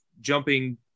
jumping